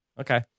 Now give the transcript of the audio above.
okay